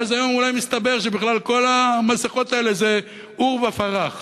ואז היום אולי מסתבר שבכלל כל המסכות האלה זה עורבא פרח,